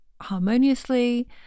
harmoniously